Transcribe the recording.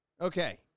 Okay